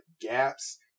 gaps